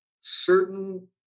certain